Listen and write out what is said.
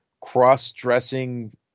Cross-dressing